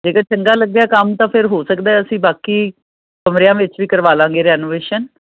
ਜੇ ਤਾਂ ਚੰਗਾ ਲੱਗਿਆ ਕੰਮ ਤਾਂ ਫਿਰ ਹੋ ਸਕਦਾ ਅਸੀਂ ਬਾਕੀ ਕਮਰਿਆਂ ਵਿੱਚ ਵੀ ਕਰਵਾ ਲਵਾਂਗੇ ਰੈਨੋਵੇਸ਼ਨ